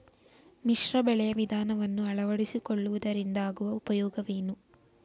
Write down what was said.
ಮಿಶ್ರ ಬೆಳೆಯ ವಿಧಾನವನ್ನು ಆಳವಡಿಸಿಕೊಳ್ಳುವುದರಿಂದ ಆಗುವ ಉಪಯೋಗವೇನು?